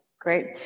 Great